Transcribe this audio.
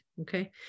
Okay